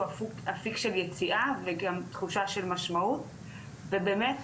אפיק של יציאה וגם תחושה של משמעות ובאמת,